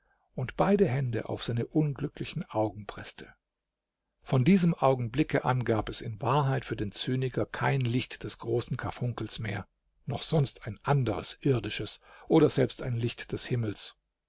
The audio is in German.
und beide hände auf seine unglücklichen augen preßte von diesem augenblicke an gab es in wahrheit für den zyniker kein licht des großen karfunkels mehr noch sonst ein anderes irdisches oder selbst ein licht des himmels